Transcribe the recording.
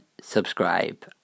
subscribe